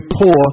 poor